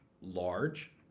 large